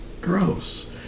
gross